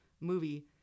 movie